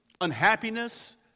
unhappiness